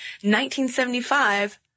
1975